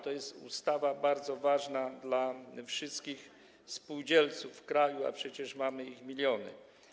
To jest ustawa bardzo ważna dla wszystkich spółdzielców w kraju, a przecież mamy ich miliony.